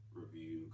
review